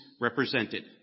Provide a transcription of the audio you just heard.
represented